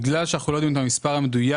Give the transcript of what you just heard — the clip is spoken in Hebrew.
בגלל שאנחנו לא יודעים את המספר המדויק